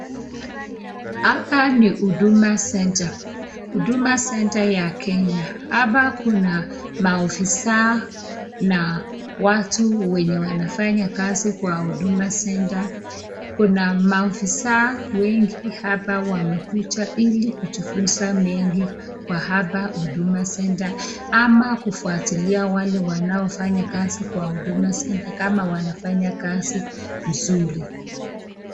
Hapa ni huduma centre ya Kenya, hapa kuna maofisaa na watu wenye wanafanya kazi kwa huduma centre , kuna maofisaa wengi hapa wamekuja ili kujifunza mengi kwa hapa huduma centre , ama kufwatilia wale wamaofanya kazi kwa huduma centre kama wanafanya kazai mzuri.